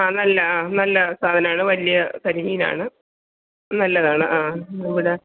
ആ നല്ല ആ നല്ല സാധനമാണ് വലിയ കരിമീനാണ് നല്ലതാണ് ആ ഇവിടെ